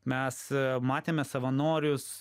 mes matėme savanorius